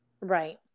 Right